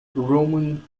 roman